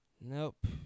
Nope